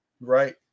Right